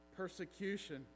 persecution